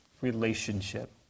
relationship